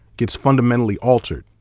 gets fundamentally altered.